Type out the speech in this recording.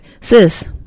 sis